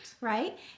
right